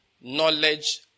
knowledge